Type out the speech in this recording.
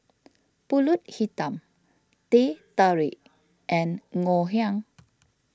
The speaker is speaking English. Pulut Hitam Teh Tarik and Ngoh Hiang